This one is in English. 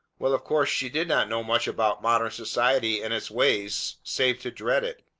well, of course she did not know much about modern society and its ways, save to dread it,